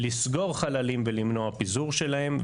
לסגור חללים ולמנוע פיזור שלהם.